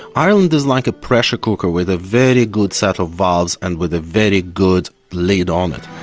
ireland is like a pressure cooker, with a very good set of valves and with a very good lid on it.